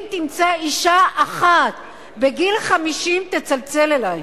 אם תמצא אשה אחת בגיל 50, תצלצל אלי.